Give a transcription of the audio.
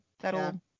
that'll